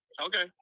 Okay